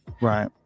Right